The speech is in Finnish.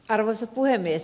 arvoisa puhemies